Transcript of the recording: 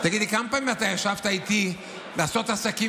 תגיד לי כמה פעמים אתה ישבת איתי לעשות עסקים,